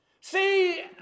See